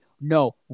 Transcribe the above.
No